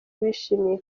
bishimiye